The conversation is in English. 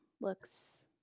looks